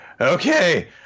Okay